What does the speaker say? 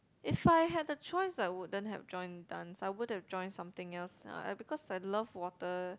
if I had the choice I wouldn't have joined dance I would have joined something else uh because I love water